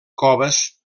coves